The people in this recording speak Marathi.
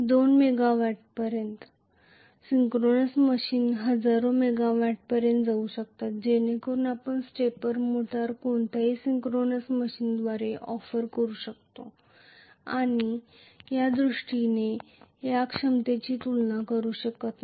दोन मेगावाट पर्यंत सिंक्रोनस मशीन्स हजारो मेगावाटपर्यंत जाऊ शकतात जेणेकरून आपण स्टेपर मोटर कोणत्या सिंक्रोनस मशीनद्वारे ऑफर करू शकता या दृष्टीने क्षमतेची तुलना करू शकत नाही